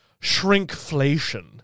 shrinkflation